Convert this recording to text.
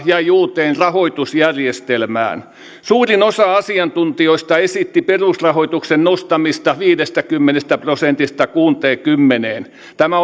jäi uuteen rahoitusjärjestelmään suurin osa asiantuntijoista esitti perusrahoituksen nostamista viidestäkymmenestä prosentista kuuteenkymmeneen tämä